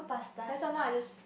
that's one now I just